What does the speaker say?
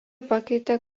pakeitė